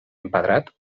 empedrat